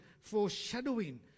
foreshadowing